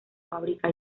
fábrica